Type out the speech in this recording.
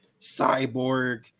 cyborg